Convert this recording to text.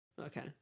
okay